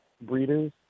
breeders